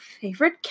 favorite